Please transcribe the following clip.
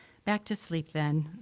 back to sleep, then,